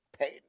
pain